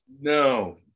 No